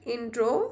Intro